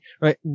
right